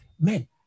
men